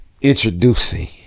introducing